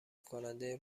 کننده